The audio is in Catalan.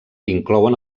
inclouen